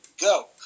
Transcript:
go